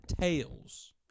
tails